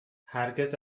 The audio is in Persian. هرگز